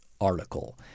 article